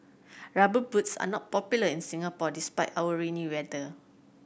Rubber Boots are not popular in Singapore despite our rainy weather